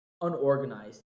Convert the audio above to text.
unorganized